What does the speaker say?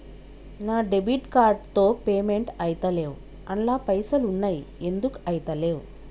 నా debit card తో payment ఐతలేవ్ అండ్ల పైసల్ ఉన్నయి ఎందుకు ఐతలేవ్?